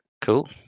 Cool